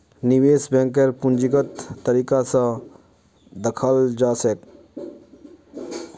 निवेश बैंकक पूंजीगत तरीका स दखाल जा छेक